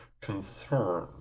concern